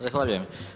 Zahvaljujem.